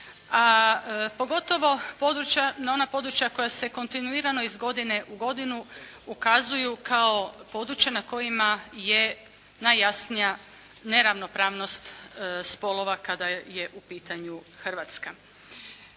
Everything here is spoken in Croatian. a pogotovo na ona područja koja se kontinuirano iz godine u godinu ukazuju kao područja na kojima je najjasnije neravnopravnost spolova kada je u pitanju Hrvatska.